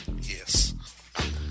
Yes